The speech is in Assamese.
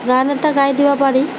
গান এটা গাই দিব পাৰি